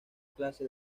clase